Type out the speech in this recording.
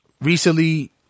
Recently